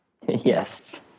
Yes